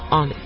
on